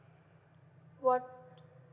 what